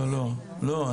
לא, לא.